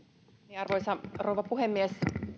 arvoisa rouva puhemies